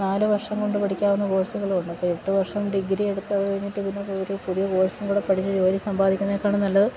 നാല് വർഷം കൊണ്ട് പഠിക്കാവുന്ന കോഴ്സുകളുണ്ട് ഇപ്പോള് എട്ട് വർഷം ഡിഗ്രി എടുത്ത് അതുകഴിഞ്ഞിട്ട് പിന്നെ ഒരു പുതിയ കോഴ്സും കൂടെ പഠിച്ച് ജോലി സമ്പാദിക്കുന്നതിനെക്കാളും നല്ലത്